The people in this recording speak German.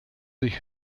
sich